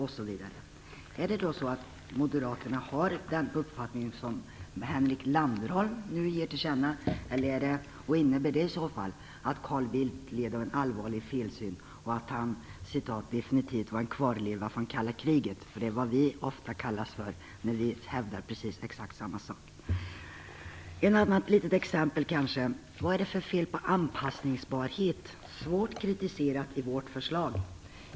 Har moderaterna den uppfattning som Henrik Landerholm ger till känna? Innebär det i så fall att Carl Bildt led av en allvarlig felsyn och att han "definitivt var en kvarleva från kalla kriget"? Det är vad vi ofta kallas för när vi hävdar exakt samma sak. Ett annat litet exempel. Vad är det för fel på anpassningsbar? Svårt kritiserat i vårt förslag.